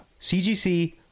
CGC